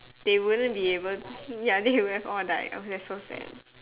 they wouldn't be able ya they would have all died oh that's so sad